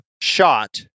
shot